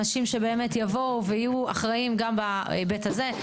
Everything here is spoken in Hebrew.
אנשים שבאמת יבואו ויהיו אחראים גם בהיבט הזה.